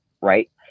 right